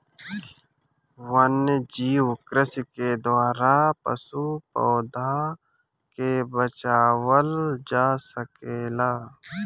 वन्यजीव कृषि के द्वारा पशु, पौधा के बचावल जा सकेला